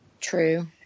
True